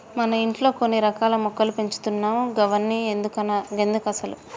మన ఇంట్లో కొన్ని రకాల మొక్కలు పెంచుతున్నావ్ గవన్ని ఎందుకసలు